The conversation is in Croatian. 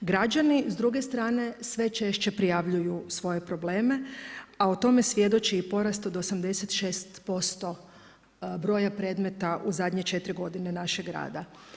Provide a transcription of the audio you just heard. Građani s druge strane sve češće prijavljuju svoje probleme, a o tome svjedoči porast od 86% broja predmeta u zadnje 4 godine našeg rada.